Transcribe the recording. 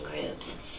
groups